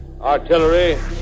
Artillery